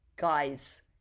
Guys